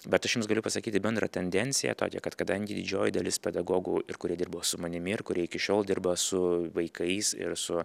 bet aš jums galiu pasakyti bendrą tendenciją tokią kad kadangi didžioji dalis pedagogų ir kurie dirbo su manimi ir kurie iki šiol dirba su vaikais ir su